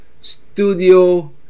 studio